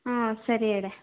ಹಾಂ ಸರಿ ಇಡೆ